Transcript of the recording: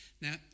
Now